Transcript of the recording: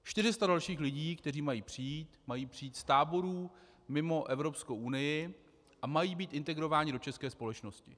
400 dalších lidí, kteří mají přijít, mají přijít z táborů mimo Evropskou unii a mají být integrováni do české společnosti.